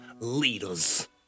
leaders